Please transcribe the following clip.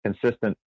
consistent